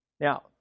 Now